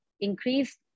increase